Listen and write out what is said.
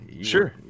sure